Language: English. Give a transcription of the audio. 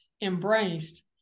embraced